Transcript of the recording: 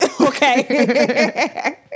Okay